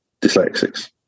dyslexics